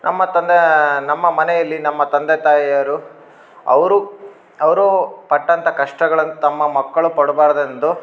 ನಮ್ಮ ತಂದೆ ನಮ್ಮ ಮನೆಯಲ್ಲಿ ನಮ್ಮ ತಂದೆ ತಾಯಿಯರು ಅವರು ಅವರು ಪಟ್ಟಂಥ ಕಷ್ಟಗಳನ್ನು ತಮ್ಮ ಮಕ್ಳು ಪಡ್ಬಾರ್ದೆಂದು